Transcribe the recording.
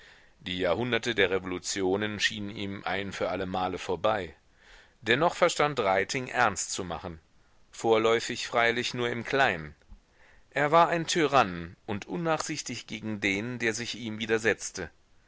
die jahrhunderte der revolutionen schienen ihm ein für alle male vorbei dennoch verstand reiting ernst zu machen vorläufig freilich nur im kleinen er war ein tyrann und unnachsichtig gegen den der sich ihm widersetzte